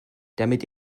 damit